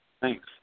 Thanks